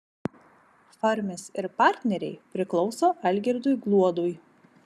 farmis ir partneriai priklauso algirdui gluodui